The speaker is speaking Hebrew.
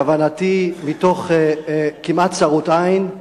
כוונתי, מתוך כמעט צרות עין,